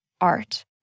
art